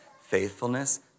faithfulness